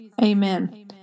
Amen